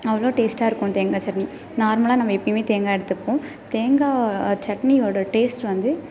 அவ்வளோ டேஸ்ட்டாக இருக்கும் அந்த தேங்காய் சட்னி நார்மலாக நம்ம எப்பயுமே தேங்காய் எடுத்துப்போம் தேங்காய் சட்னியோட டேஸ்ட் வந்து